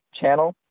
channel